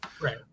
Right